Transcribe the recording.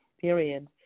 period